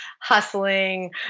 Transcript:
hustling